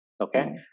Okay